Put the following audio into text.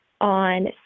on